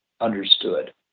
understood